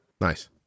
Nice